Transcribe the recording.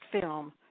film